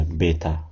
beta